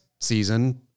season